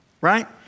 right